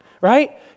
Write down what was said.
right